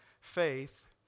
faith